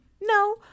no